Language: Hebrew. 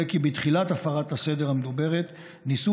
עולה כי בתחילת הפרת הסדר המדוברת ניסו